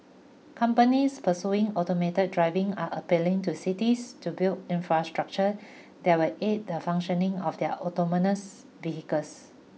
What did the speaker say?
companies pursuing automated driving are appealing to cities to build infrastructure that will aid the functioning of their autonomous vehicles